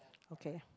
okay